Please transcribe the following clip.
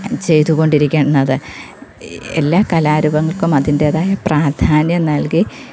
ചെയ്ത് കൊണ്ടിരിക്കുന്നത് എല്ലാ കലാരൂപങ്ങൾക്കും അതിൻ്റേതായ പ്രാധാന്യം നൽകി